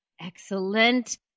Excellent